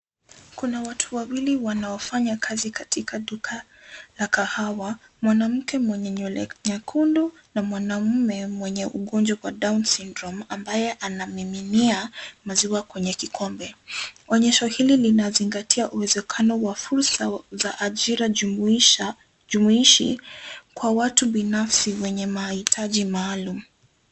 Kuna watu wawili wanaofanya kazi katika duka la kahawa, mwanamke mwenye nywele nyekundu na mwanaume mwenye ugonjwa wa down syndrome ambaye anamiminia maziwa kwenye kikombe. Onyesho hili linazingatia uwezekano wa fursa za ajira jumuishi kwa watu binafsi wenye mahitaji maalum.